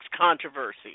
controversy